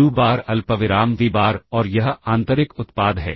you bar अल्पविराम V bar और यह आंतरिक उत्पाद है